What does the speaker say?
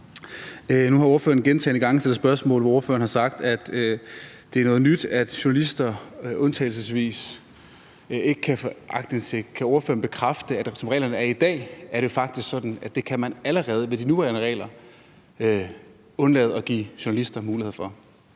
Nu har ordføreren gentagne gange stillet spørgsmål, og ordføreren har sagt, at det er noget nyt, at journalister undtagelsesvis ikke kan få aktindsigt. Kan ordføreren bekræfte, at som reglerne er i dag, er det faktisk sådan, at det kan man allerede med de nuværende regler, altså undlade at give journalister mulighed for